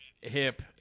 hip